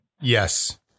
Yes